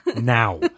now